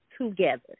together